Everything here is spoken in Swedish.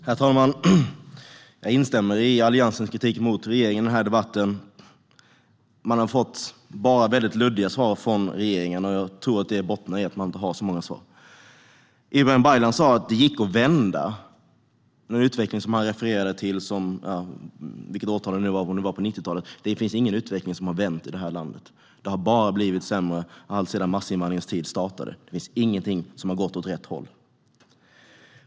Herr talman! Jag instämmer i Alliansens kritik mot regeringen i denna debatt. Vi har bara fått luddiga svar från regeringen, och jag tror att det bottnar i att man inte har så många svar. Ibrahim Baylan sa att det gick att vända den utveckling som han refererade till, vilket årtal det nu var - det borde vara på 90-talet. Det finns ingen utveckling som har vänt i det här landet. Det har bara blivit sämre alltsedan massinvandringens tid startade. Det finns ingenting som har gått åt rätt håll.